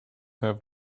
have